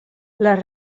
les